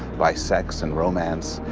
by sex and romance.